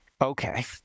Okay